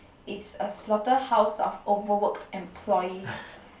it's a slaughterhouse of overworked employees